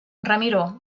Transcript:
ramiro